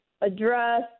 address